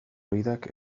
gidak